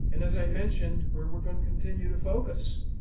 and as i mentioned, where we're going to continue to focus,